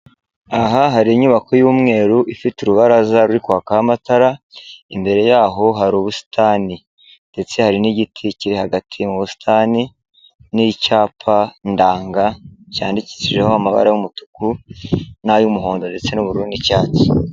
Aha hari inyubako y'umweru ifite urubaraza ruri kwakaho amatara, imbere yaho hari ubusitani ndetse hari n'igiti kiri hagati mu busitani n'icyapa ndanga cyandikishijeho amabara y'umutuku n'ay'umuhondo ndetse n'ubururu n'icyatsi.